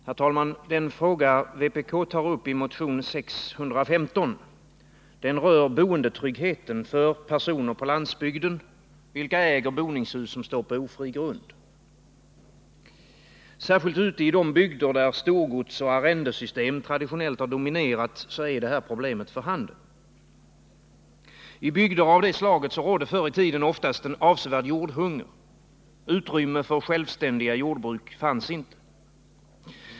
Herr talman! Den fråga vpk tar upp i motion 615 rör boendetryggheten för personer på landsbygden, vilka äger boningshus som står på ofri grund. Särskilt ute i de bygder, där storgods och arrendesystem dominerar, är detta problem för handen. I bygder av detta slag rådde förr i tiden oftast en avsevärd jordhunger. Utrymme för självständiga jordbruk fanns inte.